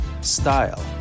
style